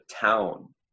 town